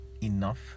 enough